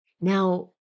Now